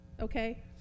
Okay